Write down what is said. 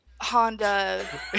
Honda